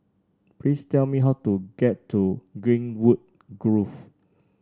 please tell me how to get to Greenwood Grove